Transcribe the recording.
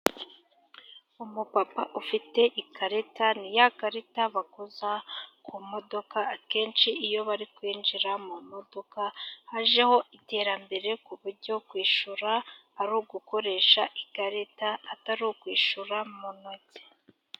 Umupapa ufite ikarita, ni ya karita bakoza ku modoka akenshi iyo bari kwinjira mu modoka . Hajeho iterambere ku buryo kwishyura ari ugukoresha ikarita atari ukwishura mu ntoki.